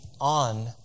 on